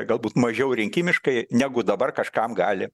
galbūt mažiau rinkimiškai negu dabar kažkam gali